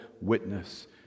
witness